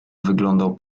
wyglądał